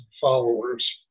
followers